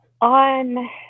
on